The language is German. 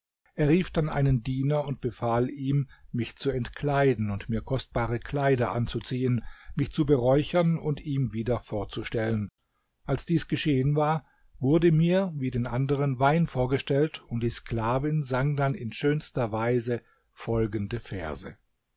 er rief dann einen diener und befahl ihm mich zu entkleiden und mir kostbare kleider anzuziehen mich zu beräuchern und ihm wieder vorzustellen als dies geschehen war wurde mir wie den anderen wein vorgestellt und die sklavin sang dann in schönster weise folgende verse